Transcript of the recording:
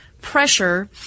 pressure